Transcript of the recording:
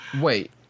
Wait